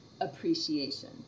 appreciation